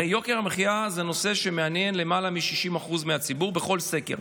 הרי יוקר המחיה זה נושא שמעניין למעלה מ-60% מהציבור בכל סקר.